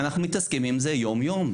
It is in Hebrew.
אנחנו מתעסקים עם זה יום יום.